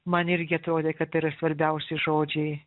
man irgi atrodė kad tai yra svarbiausi žodžiai